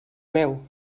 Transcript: meu